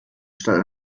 statt